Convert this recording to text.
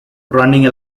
running